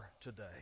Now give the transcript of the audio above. today